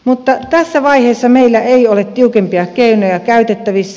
mutta tässä vaiheessa meillä ei ole tiukempia keinoja käytettävissä